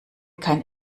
kein